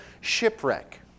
shipwreck